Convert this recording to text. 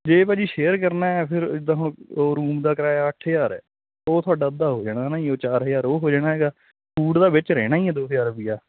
ਜੇ ਭਾਅ ਜੀ ਸ਼ੇਅਰ ਕਰਨਾ ਫਿਰ ਇਦਾਂ ਰੂਮ ਦਾ ਕਿਰਾਇਆ ਅੱਠ ਹਜਾਰ ਆ ਉਹ ਤੁਹਾਡਾ ਅੱਧਾ ਹੋ ਜਾਣਾ ਨਾ ਉਹ ਚਾਰ ਹਜਾਰ ਉਹ ਹੋ ਜਾਣਾ ਹੈਗਾ ਫੂਡ ਦਾ ਵਿੱਚ ਰਹਿਣਾ ਹੀ ਹ ਦੋ ਹਜਾਰ ਰੁਪਈਆ